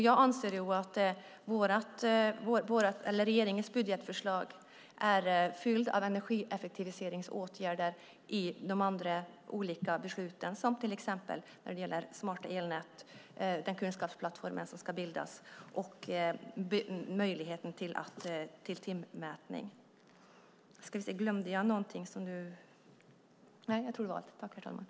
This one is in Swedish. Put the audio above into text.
Jag anser att regeringens budgetförslag är fyllt av energieffektiviseringsåtgärder i de andra olika besluten, till exempel när det gäller smarta elnät, den kunskapsplattform som ska bildas och möjligheten till timmätning. Jag tror att jag inte glömde något.